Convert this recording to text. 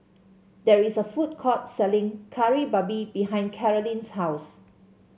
there is a food court selling Kari Babi behind Kailyn's house